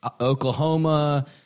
Oklahoma